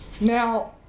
Now